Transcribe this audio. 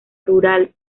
rural